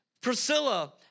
Priscilla